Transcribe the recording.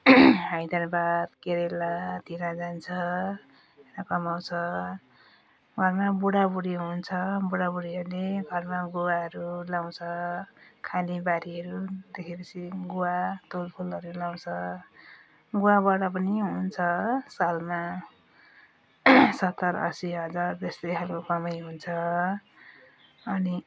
हैदराबाद केरेलातिर जान्छ र कमाउँछ घरमा बुढा बुढीहरू हुन्छ बुढा बुढीहरूले घरमा गुवाहरू लगाउँछ खाली बारीहरू देखे पछि गुवा तुलफुलहरू लगाउँछ गुवाबाट पनि हुन्छ सालमा सत्तर असी हजार जस्तोहरू कमाइ हुन्छ अनि